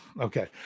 Okay